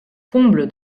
comble